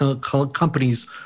companies